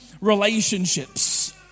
relationships